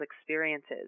experiences